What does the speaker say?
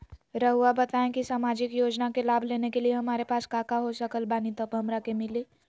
रहुआ बताएं कि सामाजिक योजना के लाभ लेने के लिए हमारे पास काका हो सकल बानी तब हमरा के मिली?